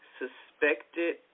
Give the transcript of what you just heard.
suspected